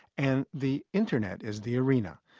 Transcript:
and the internet is the arena.